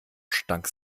stank